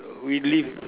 we live